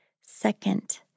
second